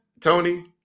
Tony